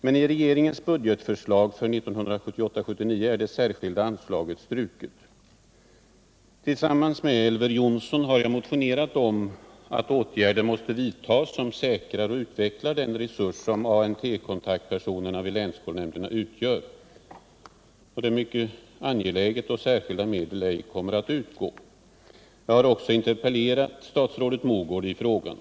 Men i regeringens budgetförslag för 1978/79 är det särskilda anslaget struket. Tillsammans med Elver Jonsson har jag motionerat om att åtgärder skall vidtas som säkrar och utvecklar den resurs som ANT-kontaktverksamheten vid länsskolnämnderna utgör. Det är mycket angeläget, då särskilda medel ej kommer att utgå. Jag har också interpellerat statsrådet Mogård i frågan.